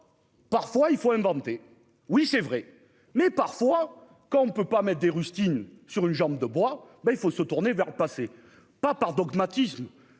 Parfois il faut inventer. Oui c'est vrai mais parfois quand on ne peut pas mettre des rustines sur une jambe de bois. Ben il faut se tourner vers passé pas par dogmatisme.